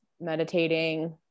meditating